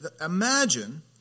imagine